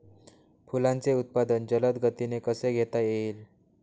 फुलांचे उत्पादन जलद गतीने कसे घेता येईल?